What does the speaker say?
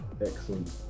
Excellent